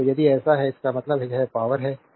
तो यदि ऐसा है इसका मतलब है यह पावरहै